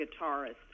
guitarist